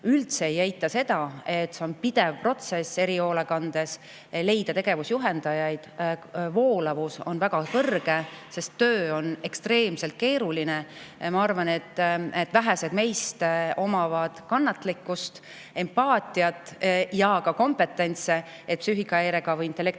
Üldse ei eita seda, et see on pidev protsess erihoolekandes leida tegevusjuhendajaid. Voolavus on väga suur, sest töö on ekstreemselt keeruline. Ma arvan, et vähesed meist omavad kannatlikkust, empaatiat ja ka kompetentsust, et psüühikahäire või intellektipuudega